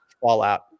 fallout